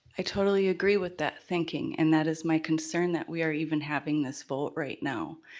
i totally agree with that thinking, and that is my concern, that we are even having this vote right now.